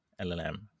LLM